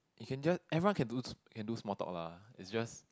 you can just everyone can do to can do small talk lah it's just